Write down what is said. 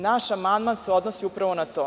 Naš amandman se odnosi upravo na to.